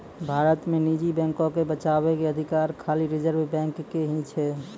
भारत मे निजी बैको के बचाबै के अधिकार खाली रिजर्व बैंक के ही छै